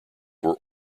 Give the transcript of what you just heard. were